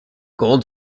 gold